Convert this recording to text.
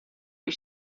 are